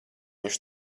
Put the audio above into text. viņš